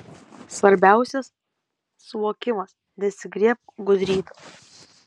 svarbiausias suvokimas nesigriebk gudrybių